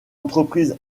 entreprises